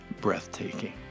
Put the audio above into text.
breathtaking